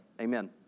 Amen